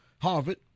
Harvard